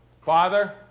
Father